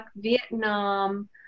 Vietnam